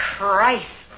Christ